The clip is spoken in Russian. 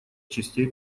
частей